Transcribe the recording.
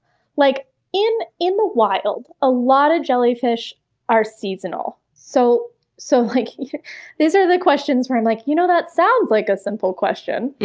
like in in the wild, a lot of jellyfish are seasonal. so so like these are the questions where i'm like, you know that sounds like a simple question.